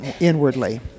inwardly